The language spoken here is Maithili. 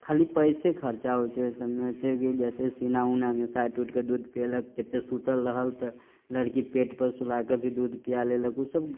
खाली पइसे खर्चा होइ छै ओहि सबमे जइसे सीना उनामे साटि उटिके दूध पिएलक कतेक सुतल रहल तऽ लड़की पेटपर सुलाके भी दूध पिआ लेलक ओसब